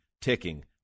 ticking